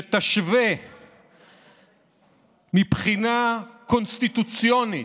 שתשווה מבחינה קונסטיטוציונית,